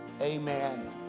Amen